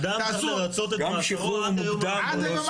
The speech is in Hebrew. אדם צריך לרצות את מאסרו עד היום האחרון.